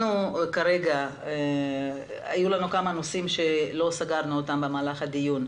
היו לנו כמה נושאים שלא נסגרו במהלך הדיון.